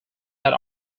had